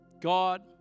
God